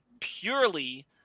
Purely